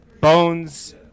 Bones